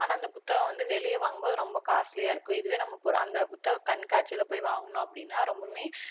ஆனால் அந்த புத்தகம் வந்து வெளியே வாங்கும்போது ரொம்ப காஸ்ட்லீயாக இருக்கும் இதுவே நமக்கு அந்த புத்தக கண்காட்சியில போய் வாங்கினோம் அப்படீன்னா ரொம்பவுமே